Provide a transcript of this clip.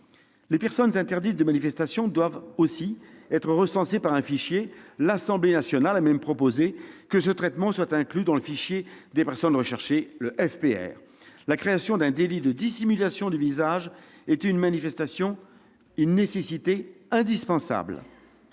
Les personnes interdites de manifestation doivent être recensées dans un fichier. L'Assemblée nationale a même proposé que ce traitement relève du fichier des personnes recherchées, le FPR. La création d'un délit de dissimulation du visage dans une manifestation est aussi une nécessité incontournable